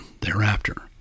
thereafter